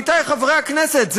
עמיתיי חברי הכנסת,